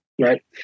right